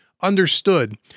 Understood